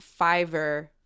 Fiverr